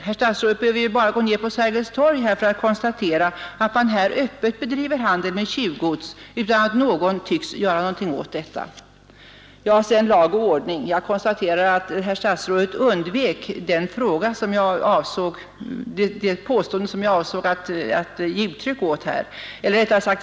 Herr statsrådet behöver ju bara gå ned på Sergels torg för att konstatera att man här öppet bedriver handel med tjuvgods utan att någon tycks göra någonting åt detta. Beträffande lag och ordning konstaterar jag att herr statsrådet undvek vad jag avsåg att ge uttryck åt här.